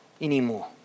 anymore